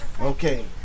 Okay